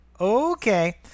okay